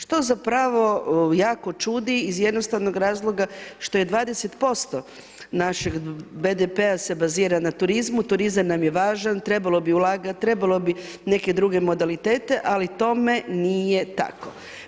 Što za pravo jako čudi iz jednostavnog razloga što je 20% našeg BDP-a se bazira na turizmu, turizam nam je važan, trebalo bi ulagati, trebalo bi neke druge modalitete, ali tome nije tako.